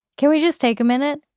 can we just take a minute?